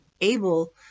able